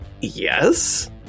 Yes